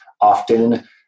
Often